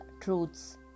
truths